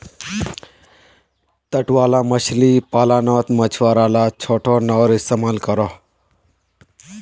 तट वाला मछली पालानोत मछुआरा ला छोटो नओर इस्तेमाल करोह